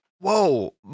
Whoa